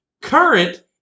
current